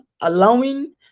allowing